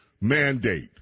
mandate